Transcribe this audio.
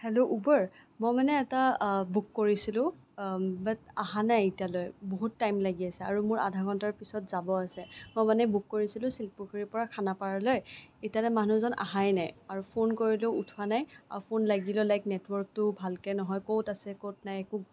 hello Uber মই মানে এটা বুক কৰিছিলোঁ বাত আহা নাই এতিয়ালৈ বহুত টাইম লাগি আছে আৰু মোৰ আধা ঘণ্টাৰ পিছত যাব আছে মই মানে বুক কৰিছিলোঁ চিলপুখুৰীৰ পৰা খানাপাৰালৈ এতিয়ালৈ মানুহজন আহাই নাই আৰু ফোন কৰিলেও উঠোৱা নাই ফোন লাগিলেও লাইক নেটৱৰ্কটো ভালকে নহয় ক'ত আছে ক'ত নাই একো